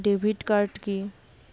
Debit card কি?